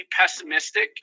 pessimistic